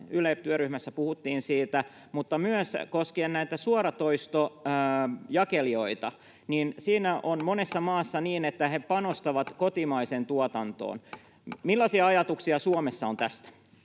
Yle-työryhmässä puhuttiin siitä — mutta myös koskien näitä suoratoistojakelijoita, niin monessa maassa on niin, että he panostavat kotimaiseen tuotantoon. Millaisia ajatuksia Suomessa on tästä?